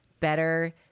Better